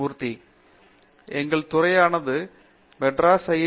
மூர்த்தி எங்கள் துறையானது மெட்ராஸ் ஐ